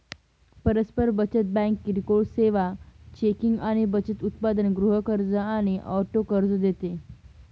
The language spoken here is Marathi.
परस्पर बचत बँक किरकोळ सेवा, चेकिंग आणि बचत उत्पादन, गृह कर्ज आणि ऑटो कर्ज देते